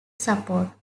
support